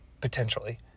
potentially